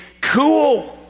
Cool